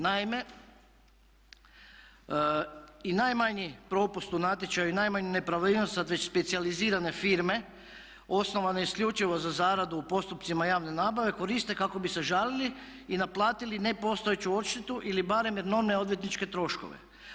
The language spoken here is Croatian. Naime i najmanji propust u natječaju i najmanja nepravilnost sada već specijalizirane firme osnovane isključivo za zaradu u postupcima javne nabave koriste kako bi se žalili i naplatili nepostojeću odštetu ili barem enormne odvjetničke troškove.